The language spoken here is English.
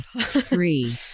three